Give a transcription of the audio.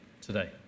today